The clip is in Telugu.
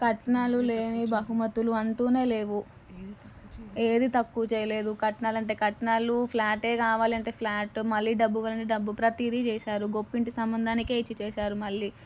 కట్నాలు లేని బహుమతులు అంటూనే లేవు ఏదీ తక్కువ చేయలేదు కట్నాలు అంటే కట్నాలు ఫ్లాటే కావాలంటే ఫ్లాట్ మళ్ళీ డబ్బు కావాలి అంటే డబ్బు ప్రతీది చేసారు గొప్పింటి సంబంధానికే ఇచ్చి చేసారు మళ్ళీ